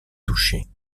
touchées